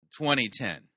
2010